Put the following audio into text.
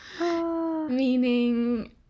Meaning